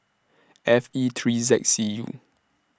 F E three Z K C U